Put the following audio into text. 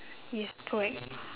ya correct